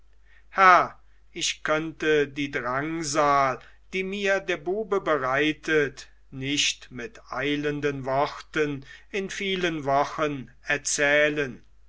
ich könnte die drangsal die mir der bube bereitet nicht mit eilenden worten in vielen wochen erzählen